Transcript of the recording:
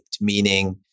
meaning